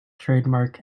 trademark